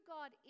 God